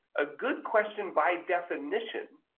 a good question, by definition,